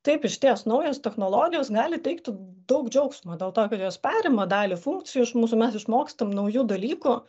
taip išties naujos technologijos gali teikti daug džiaugsmo dėl to kad jos perima dalį funkcijų iš mūsų mes išmokstam naujų dalykų